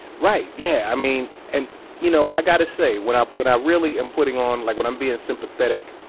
right. yeah. i mean, and you know i got to say when when i really am putting on, like when i'm being sympathetic,